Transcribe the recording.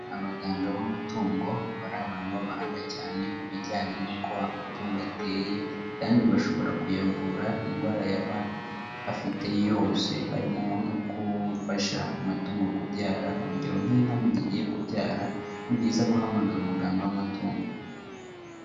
Abaganga b'amatungo baba ari abantu b'abahanga cyane mu bijyanye n'uko amatungo ateye, kandi bashobora kuyavura indwara yaba afite yose harimo no gufasha amatungo kubyara urugero nk'inka mu gihe igiye kubyara ni byiza guhamagara umuganga w'amatungo.